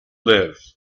live